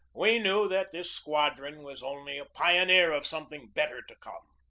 we knew that this squadron was only a pioneer of something better to come.